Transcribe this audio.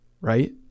right